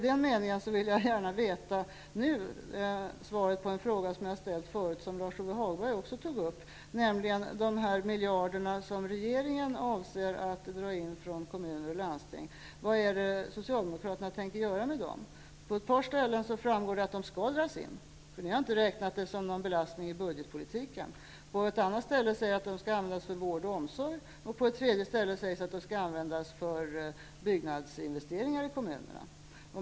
Därför vill jag gärna nu veta svaret på en fråga som jag ställt förut, och som Lars-Ove Hagberg också tog upp, nämligen vad Socialdemokraterna tänker göra med de miljoner som regeringen avser att dra in från kommuner och landsting. Det framgår på ett par ställen att de skall dras in. Ni har inte räknat det som någon belastning i budgetpolitiken. På ett annat ställe sägs att de skall användas för vård och omsorg. På ett tredje ställe sägs att de skall användas för byggnadsinvesteringar i kommunerna.